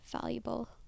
valuable